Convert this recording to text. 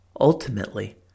Ultimately